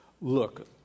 Look